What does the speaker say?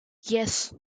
yes